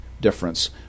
difference